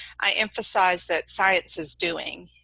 i emphasize that science is doing,